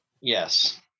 Yes